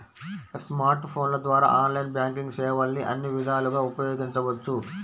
smart ఫోన్ల ద్వారా online banking సేవల్ని అన్ని విధాలుగా ఉపయోగించవచ్చు